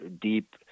deep